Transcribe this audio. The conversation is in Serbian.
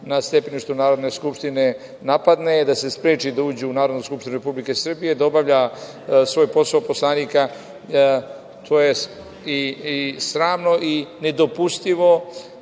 na stepeništu Narodne skupštine napadne, da se spreči da uđe u Narodnu skupštinu Republike Srbije da obavlja svoj posao poslanika, to je sramno i nedopustivo